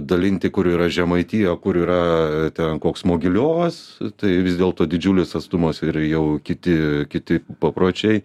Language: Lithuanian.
dalinti kur yra žemaitija kur yra ten koks mogiliovas tai vis dėlto didžiulis atstumas ir jau kiti kiti papročiai